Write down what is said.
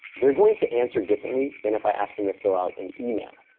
they are going to answer differently than if i ask them to fill out an email.